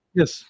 yes